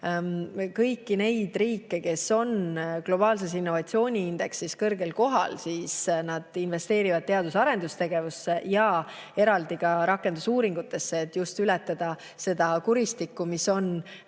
kõiki neid riike, kes on globaalses innovatsiooniindeksis kõrgel kohal, siis nad investeerivad teadus- ja arendustegevusse ja eraldi ka rakendusuuringutesse, just et ületada seda kuristikku, mis on